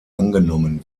angenommen